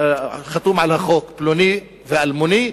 חתום על החוק פלוני ואלמוני,